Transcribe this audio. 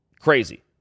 Crazy